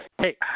hey